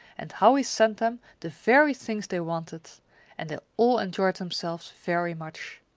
and how he sent them the very things they wanted and they all enjoyed themselves very much.